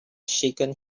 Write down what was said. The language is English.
shaken